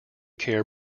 care